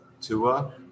Tua